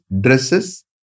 dresses